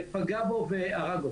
פגע בו והרג אותו.